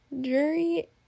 jury